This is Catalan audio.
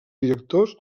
directors